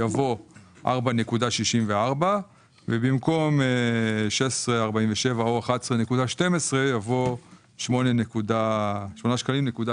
יבוא 4.64. במקום 16.47 או 11.12 יבוא 8.9 שקלים.